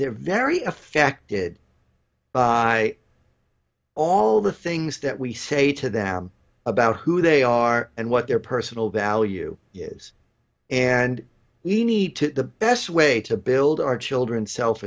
they're very affected by all the things that we say to them about who they are and what their personal value is and we need to the best way to build our children's self